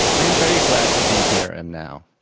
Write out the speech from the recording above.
i am very glad to be here and now.